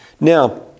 Now